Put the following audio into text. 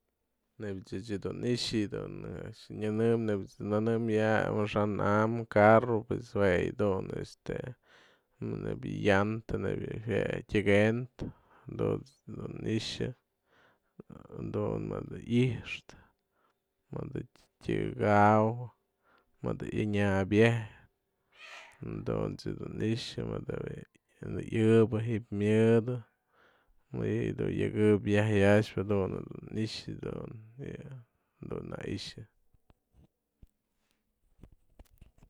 Nebya ech dun i'ixë yë a'ax dun nyanëm nebya ajt's nënem ya amaxa'an am carro pues jue yë dun este nebya llanta, nebya yë jue tyekëndy dunt's dun i'ixë, jadun mëdë i'ixtë, mëdë tyaka'akaw, mëdë yanya'abyetë dunt's dun i'ixë mëdë bi'i yë'ëbë ji'ib myëdë mëdyë du yë'ëk ë'ëbë yaj ya'axpë dun i'ixë yë du na'a i'ixë